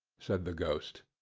said the ghost.